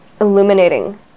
illuminating